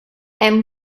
hemm